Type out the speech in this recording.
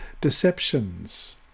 deceptions